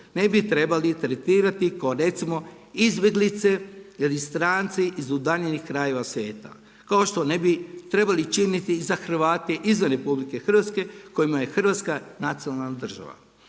ne bi trebali tretirati kao recimo izbjeglice …/Govornik se ne razumije./… stranci iz udaljenih krajeva svijeta kao što ne bi trebali činiti i za Hrvate izvan RH kojima je Hrvatska nacionalna država.